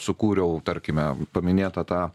sukūriau tarkime paminėtą tą